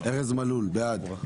בעד.